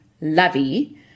lovey